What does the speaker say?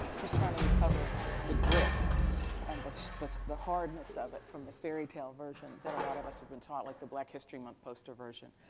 she's trying to recover the grit and the the hardness of it from the fairy tale version that a lot of us have been taught, like the black history month post or version.